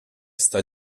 sta